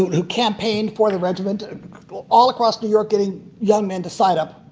who campaigned for the regiment all across new york, getting young men to sign up,